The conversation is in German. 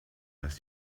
ist